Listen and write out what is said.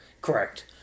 Correct